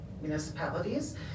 municipalities